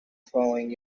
following